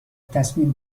تصمیم